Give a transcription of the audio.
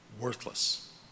worthless